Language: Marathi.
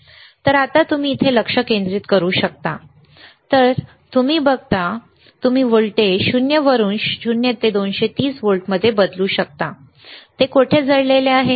तर आता जर तुम्ही इथे लक्ष केंद्रित करू शकता तर तुम्ही बघता तुम्ही व्होल्टेज 0 वरून 0 ते 230 व्होल्टमध्ये बदलू शकता ते कोठे जोडलेले आहे